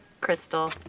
Crystal